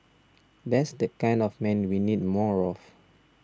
that's the kind of man we need more of